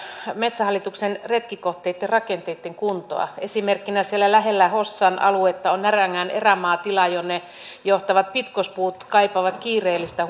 metsähallituksen retkikohteitten rakenteitten kuntoa esimerkkinä siellä lähellä hossan aluetta on närängän erämaatila jonne johtavat pitkospuut kaipaavat kiireellistä